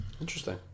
Interesting